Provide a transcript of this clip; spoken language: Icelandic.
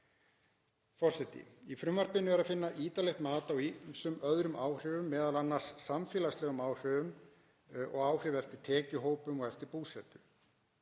er að finna ítarlegt mat á ýmsum öðrum áhrifum, m.a. samfélagslegum áhrifum og áhrif eftir tekjuhópum og eftir búsetu.